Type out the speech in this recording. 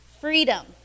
freedom